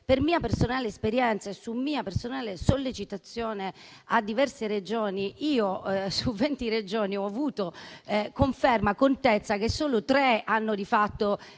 Per mia personale esperienza e su mia personale sollecitazione a diverse Regioni, su venti Regioni ho avuto conferma e contezza che solo tre hanno di fatto